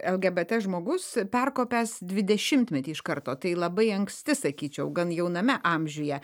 lgbt žmogus perkopęs dvidešimmetį iš karto tai labai anksti sakyčiau gan jauname amžiuje